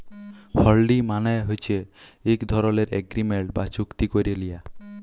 হুল্ডি মালে হছে ইক ধরলের এগ্রিমেল্ট বা চুক্তি ক্যারে লিয়া